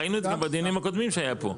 ראינו את זה בדיונים הקודמים שהיו פה.